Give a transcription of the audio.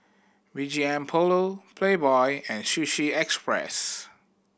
B G M Polo Playboy and Sushi Express